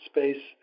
Space